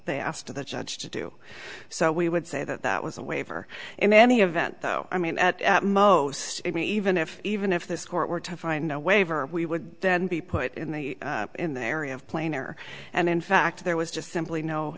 of the judge to do so we would say that that was a waiver in any event though i mean at most i mean even if even if this court were to find a waiver we would then be put in the in the area of plainer and in fact there was just simply no